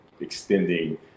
extending